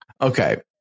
Okay